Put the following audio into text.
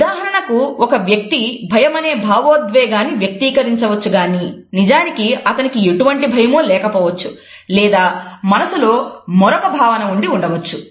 ఉదాహరణకు ఒక వ్యక్తి భయమనే భావోద్వేగాన్ని వ్యక్తీకరించవచ్చు గాని నిజానికి అతనికి ఎటువంటి భయమూ లేకపోవచ్చు లేదా మనసులో మరొక భావన ఉండి ఉండవచ్చు